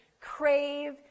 crave